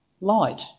light